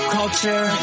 culture